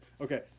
Okay